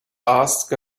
ask